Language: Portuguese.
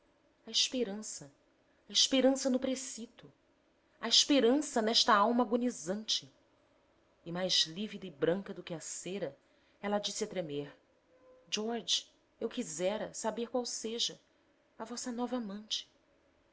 a esperança a esperança no precito a esperança nesta alma agonizante e mais lívida e branca do que a cera ela disse a tremer george eu quisera saber qual seja a vossa nova amante